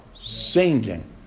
singing